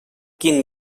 quin